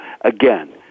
Again